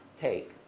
take